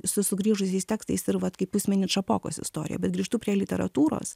su sugrįžusiais tekstais ir vat kaip jūs minit šapokos istorija bet grįžtu prie literatūros